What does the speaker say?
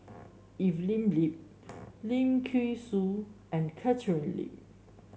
Evelyn Lip Lim Thean Soo and Catherine Lim